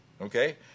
Okay